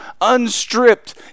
unstripped